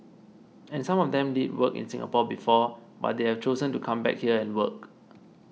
and some of them did work in Singapore before but they have chosen to come back here and work